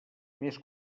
més